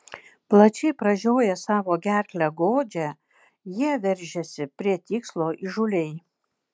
plačiai pražioję savo gerklę godžią jie veržiasi prie tikslo įžūliai